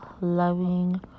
loving